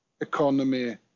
economy